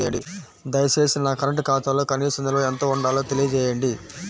దయచేసి నా కరెంటు ఖాతాలో కనీస నిల్వ ఎంత ఉండాలో తెలియజేయండి